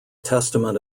testament